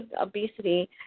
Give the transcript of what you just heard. obesity